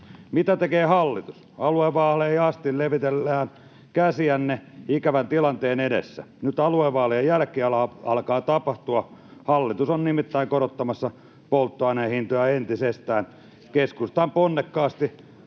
Mitä tekee hallitus? Aluevaaleihin asti levitellään käsiä ikävän tilanteen edessä. Nyt aluevaalien jälkeen alkaa tapahtua: hallitus on nimittäin korottamassa polttoainehintoja entisestään. Keskustasta ponnekkaasti